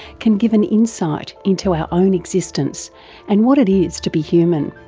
can give an insight into our own existence and what it is to be human.